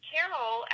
Carol